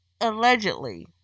allegedly